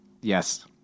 Yes